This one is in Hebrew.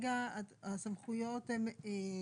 וכרגע הסמכויות הן,